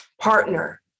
partner